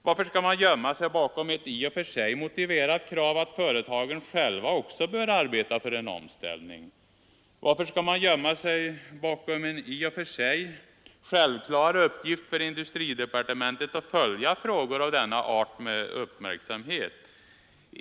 Varför skall man gömma sig bakom ett i och för sig motiverat krav om att också företagen själva bör arbeta för en omställning? Varför vifta bort frågan med hänvisning till den i och för sig självklara uppgiften för industridepartementet att följa frågor av denna art?